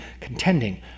contending